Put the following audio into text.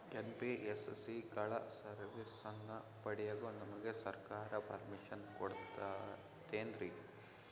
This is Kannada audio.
ಎನ್.ಬಿ.ಎಸ್.ಸಿ ಗಳ ಸರ್ವಿಸನ್ನ ಪಡಿಯಲು ನಮಗೆ ಸರ್ಕಾರ ಪರ್ಮಿಷನ್ ಕೊಡ್ತಾತೇನ್ರೀ?